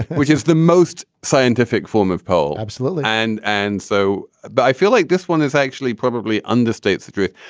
which is the most scientific form of poll. absolutely. and and so but i feel like this one is actually probably understates the truth.